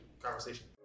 conversation